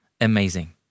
Amazing